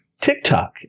TikTok